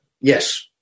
yes